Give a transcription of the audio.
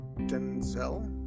Denzel